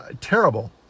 terrible